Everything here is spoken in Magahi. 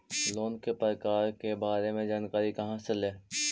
लोन के प्रकार के बारे मे जानकारी कहा से ले?